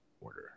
order